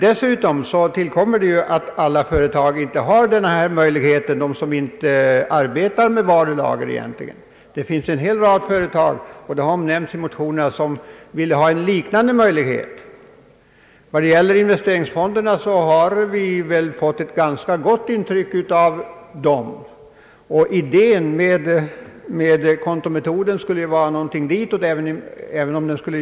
Därtill kommer att de företag som inte har något varulager inte har denna möjlighet. Det finns en hel rad företag — det är nämnt i motionerna — som vill ha en liknande möjlighet. Vi har väl fått ett ganska gott intryck av investeringsfonderna. Kontometoden bygger på samma idé om än i mindre skala.